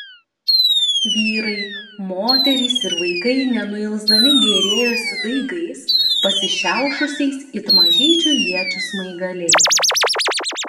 vyrai moterys ir vaikai nenuilsdami gėrėjosi daigais pasišiaušusiais it mažyčių iečių smaigaliai